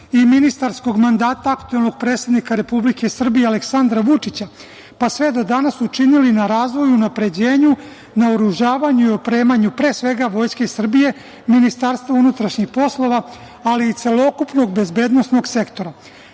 i ministarskog mandata aktuelnog predsednika Republike Srbije Aleksandra Vučića pa sve do danas, učinili na razvoju i unapređenju, naoružavanju i opremanju pre svega Vojske Srbije, Ministarstva unutrašnjih poslova, ali i celokupnog bezbednosnog sektora. Takođe